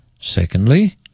Secondly